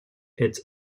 its